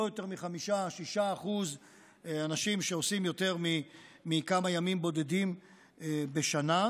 לא יותר מ-5%-6% אנשים שעושים יותר מכמה ימים בודדים בשנה.